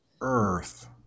Earth